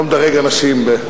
ואתה לא פחות, אני לא מדרג אנשים.